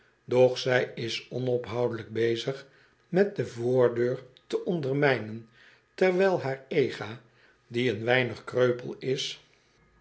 zij is onophoudelijk bezig met de voordeur te ondermijnen terwijl haar ega die een weinig kreupel is